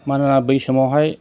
मानोना बै समावहाय